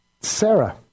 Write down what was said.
Sarah